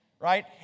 right